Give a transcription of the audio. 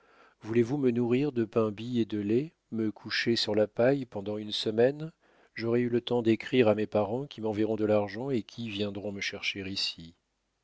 voulez-vous me nourrir de pain bis et de lait me coucher sur la paille pendant une semaine j'aurai eu le temps d'écrire à mes parents qui m'enverront de l'argent ou qui viendront me chercher ici